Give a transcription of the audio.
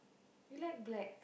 you like black